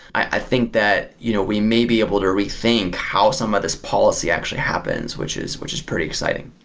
i think that you know we may be able to rethink how some of this policy actually happens, which is which is pretty exciting.